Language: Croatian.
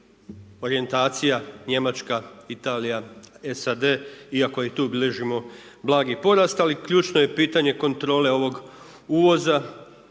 orijentacija Njemačka, Italija, SAD iako i tu bilježimo blagi porast. Ali, ključno je pitanje kontrole ovog uvoza